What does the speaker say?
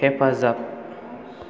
हेफाजाब